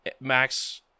max